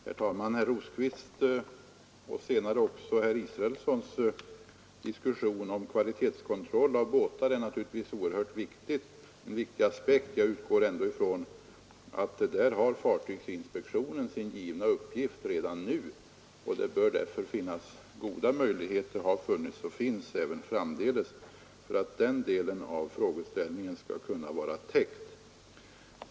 Herr talman! Herr Rosqvists och senare också herr Israelssons krav på kvalitetskontroll av båtar är naturligtvis en viktig aspekt på frågan, men jag utgår ändå från att där har fartygsinspektionen sin givna uppgift redan nu. Det bör därför finnas goda möjligheter — och det har det funnits och finns även i framtiden — att den delen av frågeställningen skall vara täckt.